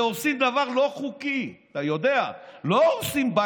הרי הורסים דבר לא חוקי, אתה יודע.